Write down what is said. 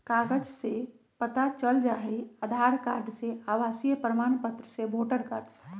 कागज से पता चल जाहई, आधार कार्ड से, आवासीय प्रमाण पत्र से, वोटर कार्ड से?